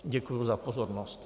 Děkuji za pozornost.